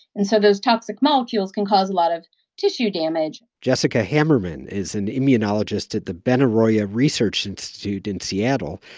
and so those toxic molecules can cause a lot of tissue damage jessica hamerman is an immunologist at the benaroya research institute in seattle.